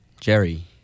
jerry